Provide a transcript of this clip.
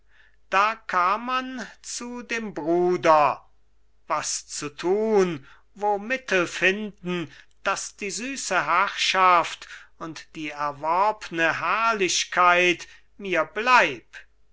da kam man zu dem bruder was zu thun wo mittel finden daß die süße herrschaft und die erworbne herrlichkeit mir blieb